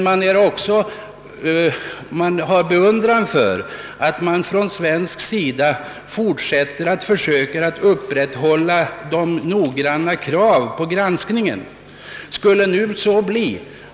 Man beundrar strävandena att upprätthålla de noggranna kraven på granskningen som ställes från svensk sida.